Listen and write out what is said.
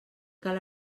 cal